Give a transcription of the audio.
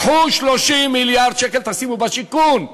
קחו 30 מיליארד שקל, תשימו בשיכון,